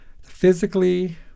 physically